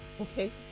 okay